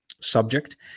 subject